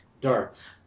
Darts